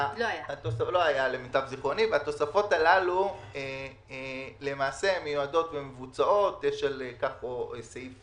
התוספות הללו מיועדות ומבוצעות, ויש סעיף